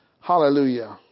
Hallelujah